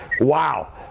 Wow